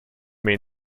may